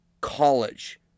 college